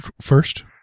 first